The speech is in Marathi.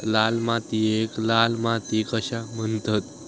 लाल मातीयेक लाल माती कशाक म्हणतत?